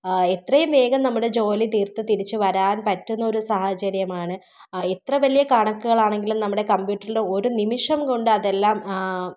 എത്രയും വേഗം നമ്മുടെ ജോലി തീർത്തു തിരിച്ചുവരാൻ പറ്റുന്ന ഒരു സാഹചര്യമാണ് എത്ര വലിയ കണക്കുകൾ ആണെങ്കിലും നമ്മുടെ കമ്പ്യൂട്ടറിൽ ഒരു നിമിഷം കൊണ്ട് അതെല്ലാം